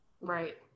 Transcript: Right